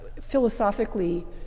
philosophically